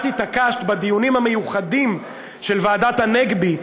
את התעקשת בדיונים המיוחדים של ועדת הנגבי,